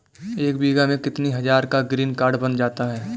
एक बीघा में कितनी हज़ार का ग्रीनकार्ड बन जाता है?